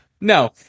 No